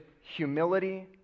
humility